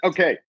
Okay